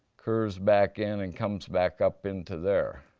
curves back in and comes back up into there.